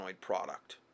product